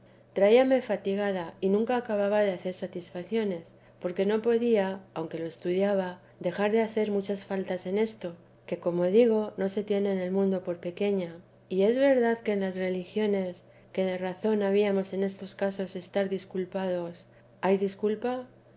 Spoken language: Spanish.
traíame fatigada y nunca acababa de hacer satisfaciones porque no podía aunque lo estudiaba dejar de hacer muchas faltas en esto que como digo no se tiene en el mundo por pequeña y es verdad que en las religiones que de razón habíamos en estos casos estar disculpados hay disculpa